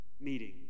meeting